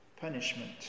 punishment